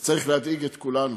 זה צריך להדאיג את כולנו.